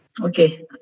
Okay